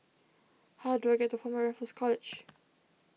how do I get to Former Raffles College